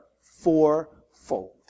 fourfold